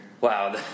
Wow